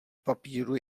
papíru